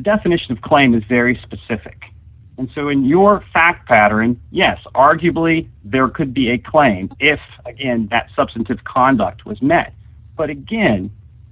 definition of claim it's very specific and so in your fact pattering yes arguably there could be a claim if a and that substantive conduct was met but again